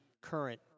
current